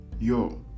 yo